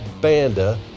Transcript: Banda